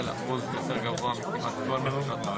הוא לא אמור להיות זה שמקבל פליטים.